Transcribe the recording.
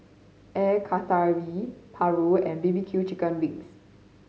Air Karthira Paru and B B Q chicken wings